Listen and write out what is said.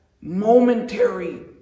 momentary